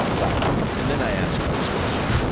yeah and then i ask you this question.